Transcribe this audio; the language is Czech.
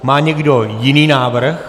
Má někdo jiný návrh?